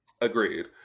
Agreed